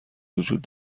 وجود